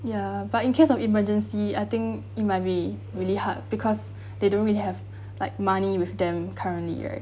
ya but in case of emergency I think it might be really hard because they don't really have like money with them currently right